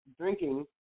drinking